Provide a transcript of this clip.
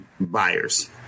buyers